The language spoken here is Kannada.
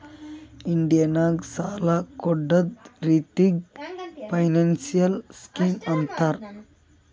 ಇಂಡಿಯಾ ನಾಗ್ ಸಾಲ ಕೊಡ್ಡದ್ ರಿತ್ತಿಗ್ ಫೈನಾನ್ಸಿಯಲ್ ಸ್ಕೀಮ್ ಅಂತಾರ್